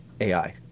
ai